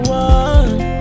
one